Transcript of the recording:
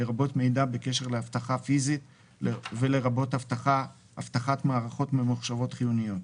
לרבות מידע בקשר לאבטחה פיזית ולרבות אבטחת מערכות ממוחשבות חיוניות,